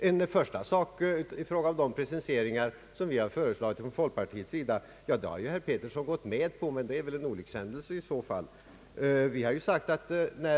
Den första precisering som folkpartiet har föreslagit har ju herr Bertil Petersson gått med på, men det är väl en olyckshändelse i så fall. Vi har nämligen förklarat att när